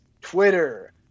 twitter